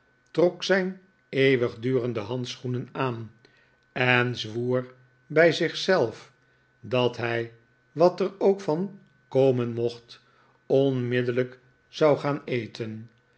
trok zijn eeuwigdurende handschoenen aan en zwoer bij zich zelf dat hij wat er ook van komen mocht onmiddellijk zou gaan eten